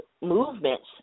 movements